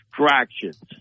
distractions